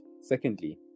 Secondly